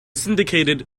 syndicated